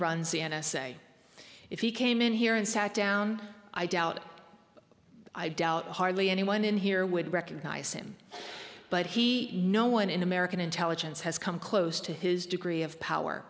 runs the n s a if he came in here and sat down i doubt i doubt hardly anyone in here would recognize him but he no one in american intelligence has come close to his degree of power